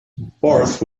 barth